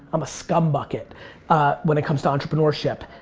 i'm a scum bucket when it comes to entrepreneurship.